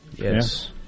Yes